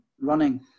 running